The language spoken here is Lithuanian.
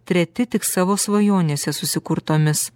treti tik savo svajonėse susikurtomis